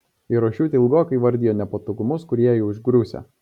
eirošiūtė ilgokai vardijo nepatogumus kurie ją užgriūsią